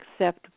accept